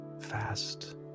fast